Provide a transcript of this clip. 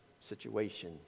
situation